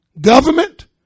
government